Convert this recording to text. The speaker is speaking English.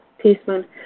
teaspoon